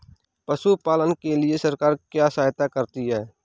पशु पालन के लिए सरकार क्या सहायता करती है?